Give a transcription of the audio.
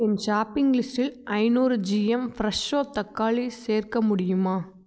என் shopping லிஸ்ட்டில் ஐந்நூறு G M Fresho தக்காளி சேர்க்க முடியுமா